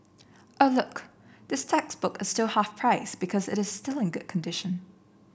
oh look this textbook is still half price because it is still in good condition